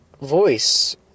voice